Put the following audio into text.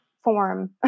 form